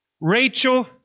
Rachel